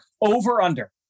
over-under